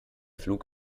flug